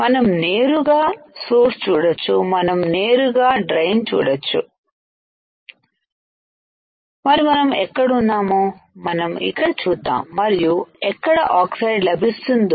మనం నేరుగా సోర్స్ చూడొచ్చు మనం నేరుగా డ్రైన్ చూడొచ్చు మరి మనం ఎక్కడ ఉన్నాము మనం ఇక్కడ చూద్దాం మరియు ఎక్కడ ఆక్సైడ్ల లభిస్తుందో